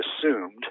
assumed